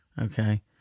Okay